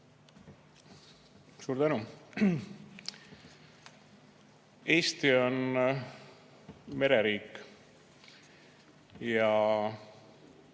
Suur tänu! Eesti on mereriik ja